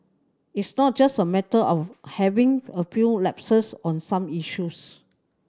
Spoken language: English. it's not just a matter of having a few lapses on some issues